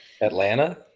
Atlanta